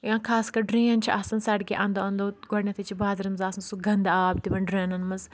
یا خاص کَر ڈرٚین چھِ آسان سڑکہِ اندو اندو گۄڈنؠتھٕے چھِ بازرَن منٛز آسان سُہ گندٕ آب تِمو ڈرٛینن منٛز